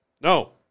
No